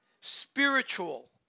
spiritual